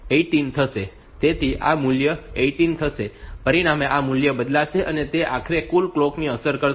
તેથી આ મૂલ્ય 18 થશે પરિણામે આ મૂલ્ય બદલાશે અને તે આખરે કુલ કલોક ને અસર કરશે